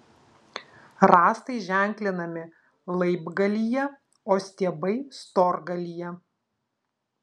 rąstai ženklinami laibgalyje o stiebai storgalyje